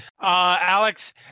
Alex